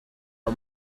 are